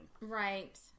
Right